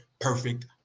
perfect